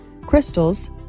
crystals